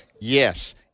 yes